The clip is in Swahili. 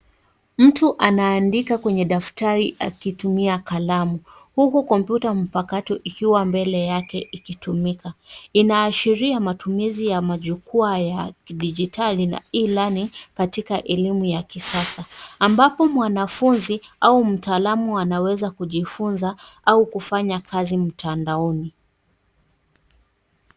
Mtu anaandika kwenye daftari akitumia kalamu, huku kompyuta mpakato ikiwa mbele yake ikitumika. Inaashiria matumizi ya majukwaa ya kidijitali na e-learning katika elimu ya kisasa ambapo mwanafunzi au mtaalamu anaweza kujifunza au kufanya kazi mtandaoni.